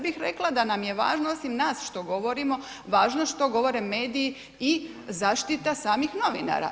bih rekla da nam je važno osim nas što govorimo važno što govore mediji i zaštita samih novinara.